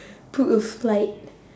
book a flight